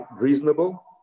reasonable